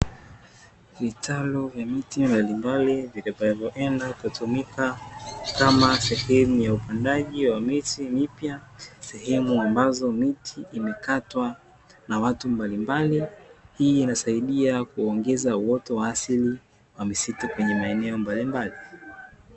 Vitalu vya miti mbalimbali vitakavyoenda kutumika kama sehemu ya upandaji wa miti mipya, sehemu ambazo miti imekatwa na watu mbalimbali, hii inasaidia kuongeza uoto wa asili wa misitu kwenye maeneo mbalimbali.